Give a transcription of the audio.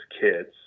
kids